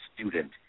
student